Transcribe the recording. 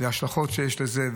ההשלכות שיש לזה.